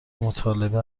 مطالبه